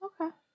Okay